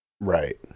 Right